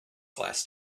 glass